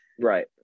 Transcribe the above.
Right